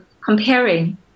comparing